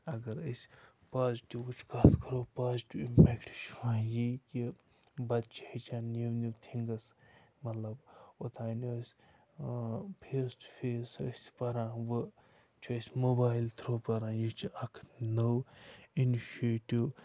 اَگر أسۍ پازٹِوٕچ کَتھ کَرو پازٹِو اِمپٮ۪کٹ چھِ یِوان یی کہِ بَچہٕ چھِ ہیٚچھان نِو نِو تھِنٛگٕس مطلب اوٚتام ٲس فیس ٹُہ فیس ٲسۍ پَران وٕ چھِ أسۍ موبایِل تھرٛوٗ پَران یہِ چھِ اَکھ نٔو اِنشیٹِو